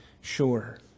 sure